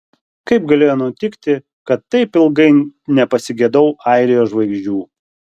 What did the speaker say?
kaip galėjo nutikti kad taip ilgai nepasigedau airijos žvaigždžių